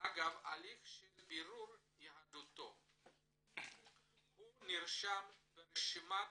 שאגב הליך של בירור יהדותו הוא נרשם ברשימת